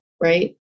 right